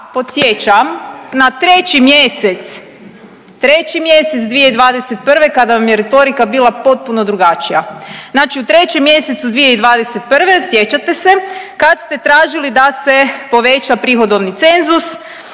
podsjećam na 3. mjesec, 3. mjesec 2021. kada vam je retorika bila potpuno drugačija. Znači u 3. mjesecu 2021., sjećate se, kad ste tražili da se poveća prihodovni cenzus